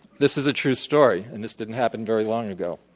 this is a true story and this didn't happen very long ago.